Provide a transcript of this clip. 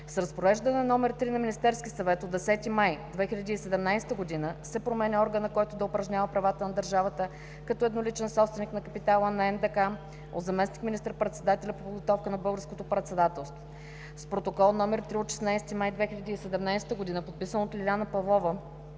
С Разпореждане № 3 на Министерския съвет от 10 май 2017 г., се променя органът, който да упражнява правата на държавата като едноличен собственик на капитала на НДК от заместник министър-председателя по подготовка на българското председателство. С Протокол № 3 от 16 май 2017 г., подписан от Лиляна Павлова